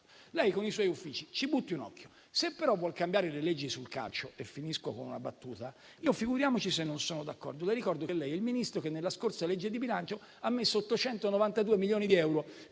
Lei con i suoi uffici ci dia un'occhiata, se però vuol cambiare le leggi sul calcio - e finisco con una battuta - io figuriamoci se non sono d'accordo. Le ricordo che lei è il Ministro che nella scorsa legge di bilancio ha messo 892 milioni di euro